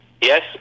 Yes